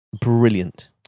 brilliant